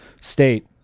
state